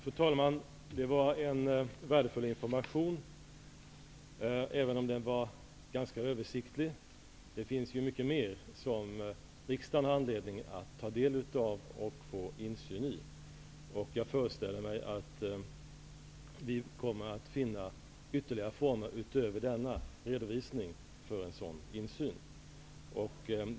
Fru talman! Det var en värdefull information, även om den var ganska översiktlig -- det finns mycket mer som riksdagen har anledning att ta del av och få insyn i. Jag föreställer mig att vi kommer att finna ytterligare former, utöver denna redovisning, för en sådan insyn.